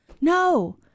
No